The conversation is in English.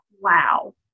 wow